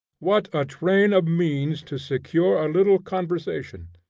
what a train of means to secure a little conversation!